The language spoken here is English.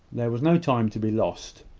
there was no time to be lost.